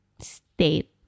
state